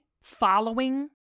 following